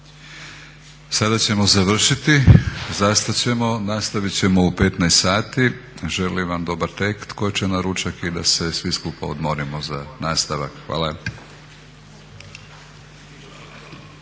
Sada ćemo završiti, zastat ćemo. Nastavit ćemo u 15,00 sati. Želim vam dobar tek tko će na ručak i da se svi skupa odmorimo za nastavak. Hvala.